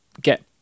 get